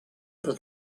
des